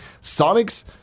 Sonic's